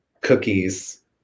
cookies